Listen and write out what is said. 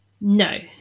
No